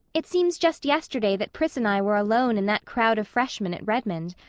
it seems just yesterday that pris and i were alone in that crowd of freshmen at redmond.